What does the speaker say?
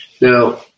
Now